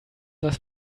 was